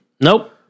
Nope